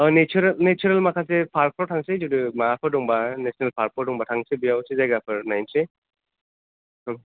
नेचारेल natural माखासे पार्कफोराव थांसै जुदि माबाफोर दंबा नेसनेल पार्कफोर दंबा थांसै बेयाव एसे जायगाफोर नायनोसै